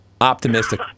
Optimistic